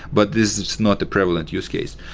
but this is not a prevalent use case.